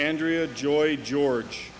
andrea joy george